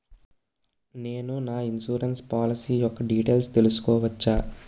నేను నా insurance policy యెక్క డీటైల్స్ తెల్సుకోవచ్చా?